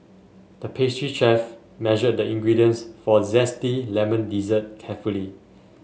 the pastry chef measured the ingredients for a zesty lemon dessert carefully